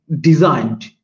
designed